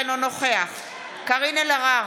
אינו נוכח קארין אלהרר,